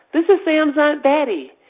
this is sam's aunt betty.